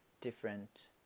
different